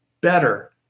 better